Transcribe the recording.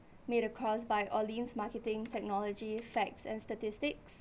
made across by marketing technology facts and statistics